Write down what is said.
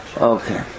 Okay